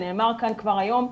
זה נאמר כאן כבר היום,